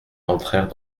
entrèrent